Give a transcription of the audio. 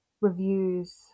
reviews